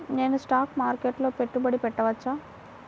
నేను స్టాక్ మార్కెట్లో పెట్టుబడి పెట్టవచ్చా?